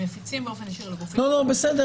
הם מפיצים באופן ישיר לגופים --- בסדר.